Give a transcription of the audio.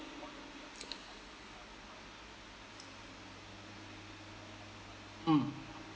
mm